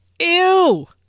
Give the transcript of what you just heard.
Ew